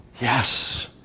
yes